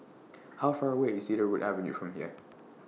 How Far away IS Cedarwood Avenue from here